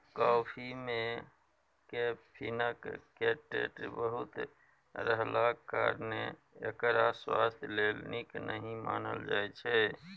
coffee मे कैफीनक content बहुत रहलाक कारणेँ एकरा स्वास्थ्य लेल नीक नहि मानल जाइ छै